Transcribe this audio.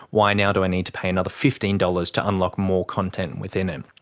why now do i need to pay another fifteen dollars to unlock more content within it?